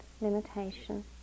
limitation